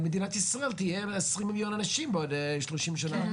תהיה למדינת ישראל עשרים מיליון אנשים בעוד שלושים שנה,